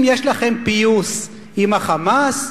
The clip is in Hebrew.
אם יש לכם פיוס עם ה"חמאס"